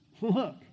Look